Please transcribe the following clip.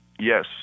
Yes